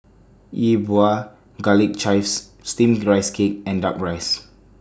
Yi Bua Garlic Chives Steamed Rice Cake and Duck Rice